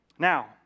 Now